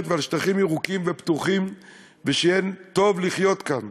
ועל שטחים ירוקים ופתוחים ושיהיה טוב לחיות כאן.